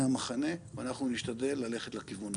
המחנה ואנחנו נשתדל ללכת לכיוון הזה.